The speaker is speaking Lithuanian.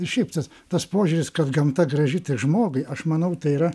ir šiaip tas tas požiūris kad gamta graži tik žmogui aš manau tai yra